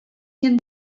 can